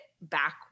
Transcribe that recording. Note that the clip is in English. back